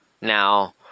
Now